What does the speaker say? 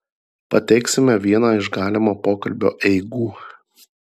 pateiksime vieną iš galimo pokalbio eigų